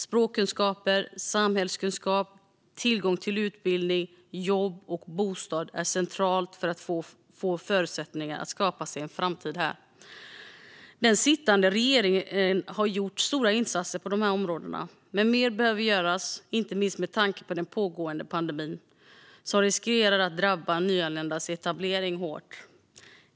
Språkkunskaper, samhällskunskap, tillgång till utbildning, jobb och bostad är centralt för att få förutsättningar att skapa sig en framtid här. Den sittande regeringen har gjort stora insatser på de här områdena, men mer behöver göras, inte minst med tanke på den pågående pandemin, som riskerar att drabba nyanländas etablering hårt.